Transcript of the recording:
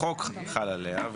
החוק חל עליה,